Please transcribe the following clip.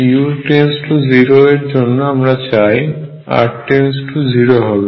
কারণ u 0 এর জন্য আমরা চাই r 0 হবে